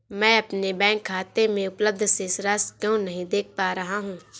मैं अपने बैंक खाते में उपलब्ध शेष राशि क्यो नहीं देख पा रहा हूँ?